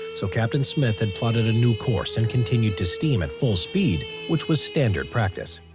so captain smith had plotted a new course and continued to steam at full speed which was standard practice